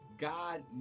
God